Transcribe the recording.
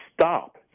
stop